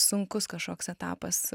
sunkus kažkoks etapas